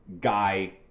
guy